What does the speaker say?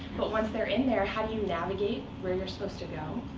but once they're in there, how do you navigate where you're supposed to go?